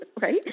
Right